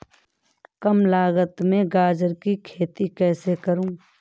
कम लागत में गाजर की खेती कैसे करूँ?